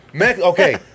Okay